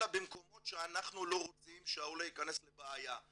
אלא במקומות שאנחנו לא רוצים שהעולה ייכנס לבעיה.